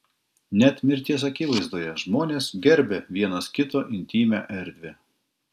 net mirties akivaizdoje žmonės gerbia vienas kito intymią erdvę